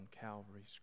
Calvary's